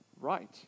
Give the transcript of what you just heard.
right